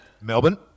Melbourne